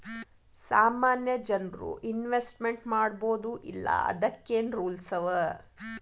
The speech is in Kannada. ಸಾಮಾನ್ಯ ಜನ್ರು ಇನ್ವೆಸ್ಟ್ಮೆಂಟ್ ಮಾಡ್ಬೊದೋ ಇಲ್ಲಾ ಅದಕ್ಕೇನ್ ರೂಲ್ಸವ?